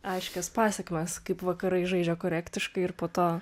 aiškias pasekmes kaip vakarai žaidžia korektiškai ir po to